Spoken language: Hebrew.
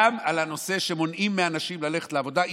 את הנושא שמונעים מאנשים ללכת לעבודה.